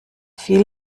viel